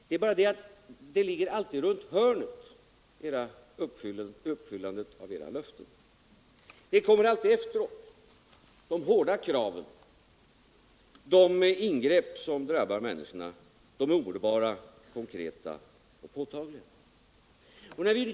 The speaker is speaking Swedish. Det är bara det att uppfyllandet av era löften alltid ligger runt hörnet; det kommer alltid efteråt, medan de hårda kraven, de ingrepp som drabbar människorna, är omedelbara, konkreta och påtagliga.